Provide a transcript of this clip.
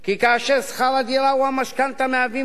כי כאשר שכר הדירה או המשכנתה מהווים